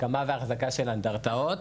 הקמה ואחזקה של אנדרטאות,